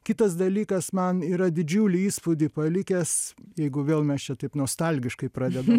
kitas dalykas man yra didžiulį įspūdį palikęs jeigu vėl mes čia taip nostalgiškai pradedam